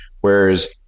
whereas